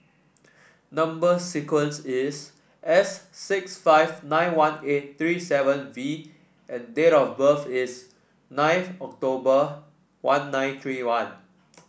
number sequence is S six five nine one eight three seven V and date of birth is ninth October one nine three one